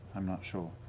i'm not sure.